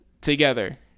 together